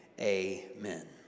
amen